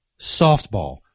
Softball